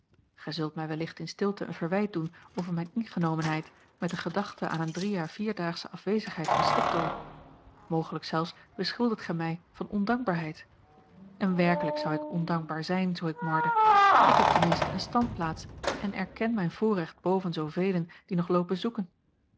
gij zult mij wellicht in stilte een verwijt doen over mijn ingenomenheid met de gedachte aan een drie à vierdaagsche afwezigheid van slikdorp mogelijk zelfs beschuldigt gij mij van ondankbaarheid en werkelijk zou ik ondankbaar zijn zoo ik morde ik heb ten minste een standplaats en erken mijn voorrecht boven zoovelen die nog loopen